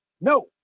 No